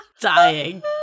Dying